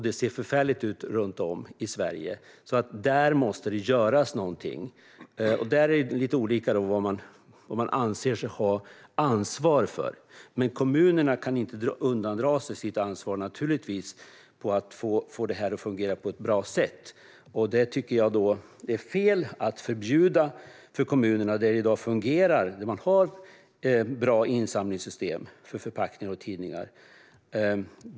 Det ser förfärligt ut runt om i Sverige. Där måste det göras någonting. Det är lite olika i fråga om vad man anser sig ha ansvar för. Men kommunerna kan naturligtvis inte undandra sig sitt ansvar för att få detta att fungera på ett bra sätt. Jag tycker då att det är fel att förbjuda detta för kommuner där det i dag fungerar och där man har bra insamlingssystem för förpackningar och tidningar.